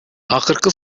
акыркы